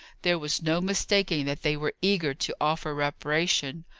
there was no mistaking that they were eager to offer reparation.